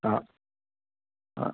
हां हां